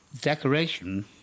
decoration